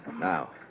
Now